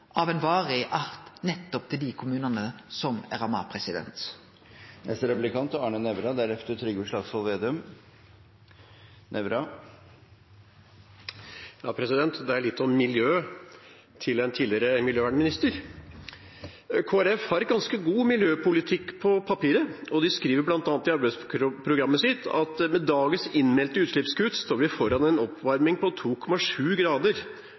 kompensasjon av varig art nettopp til dei kommunane som er ramma. Det er litt om miljø, til en tidligere miljøvernminister: Kristelig Folkeparti har en ganske god miljøpolitikk på papiret. De skriver bl.a. i arbeidsprogrammet sitt at «med dagens innmeldte utslippskutt står vi foran en oppvarming på 2,7 grader».